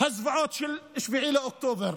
הזוועות של 7 באוקטובר,